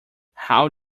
how